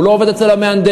הוא לא עובד אצל המהנדס,